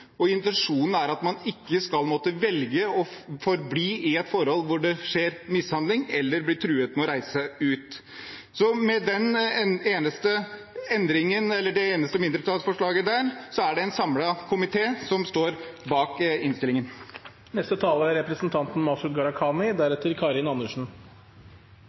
er at man ikke skal måtte velge å forbli i et forhold der det skjer mishandling, eller der man blir truet med å måtte reise ut. Bortsett fra dette ene mindretallsforslaget er det en samlet komité som står bak innstillingen. Jeg synes saksordføreren la fram enigheten i komiteen på en